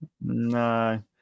no